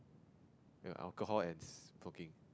you know alcohol and cooking